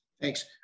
Thanks